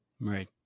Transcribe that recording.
Right